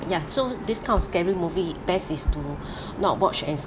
ya so this kind of scary movie best is to not watch as